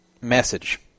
Message